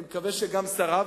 אני מקווה שגם שריו,